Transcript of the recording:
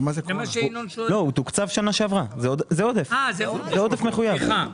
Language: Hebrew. זה עודף מחויב.